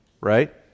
right